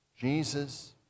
Jesus